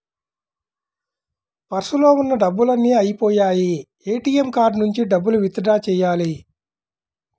పర్సులో ఉన్న డబ్బులన్నీ అయ్యిపొయ్యాయి, ఏటీఎం కార్డు నుంచి డబ్బులు విత్ డ్రా చెయ్యాలి